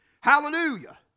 Hallelujah